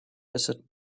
desert